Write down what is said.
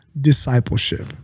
discipleship